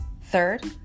Third